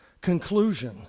conclusion